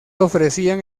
ofrecían